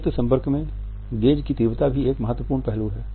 नेत्र संपर्क में गेज़ की तीव्रता भी एक महत्वपूर्ण पहलू है